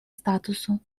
статуту